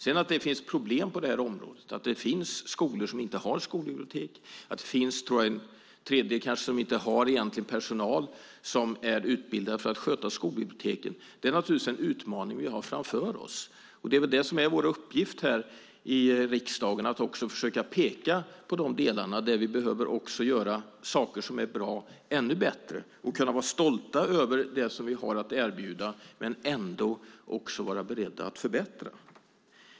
Att det sedan finns problem på det här området, att det finns skolor som inte har skolbibliotek och att en tredjedel inte har personal som är utbildad för att sköta skolbiblioteken, är naturligtvis en utmaning vi har framför oss. Det är väl det som är vår uppgift här i riksdagen, att försöka peka på de delar där vi behöver göra saker som är bra ännu bättre, kunna vara stolta över det som vi har att erbjuda men ändå vara beredda att förbättra.